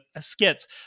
skits